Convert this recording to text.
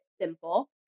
simple